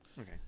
okay